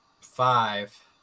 five